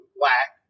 black